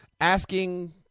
asking